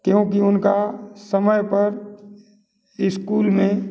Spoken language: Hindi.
क्योंकि उनका समय पर स्कूल में